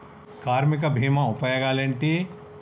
కార్మిక బీమా ఉపయోగాలేంటి?